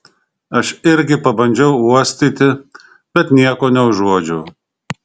aš irgi pabandžiau uostyti bet nieko neužuodžiau